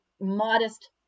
modest